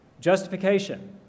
Justification